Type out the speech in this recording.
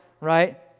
right